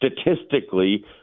statistically